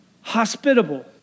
hospitable